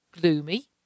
gloomy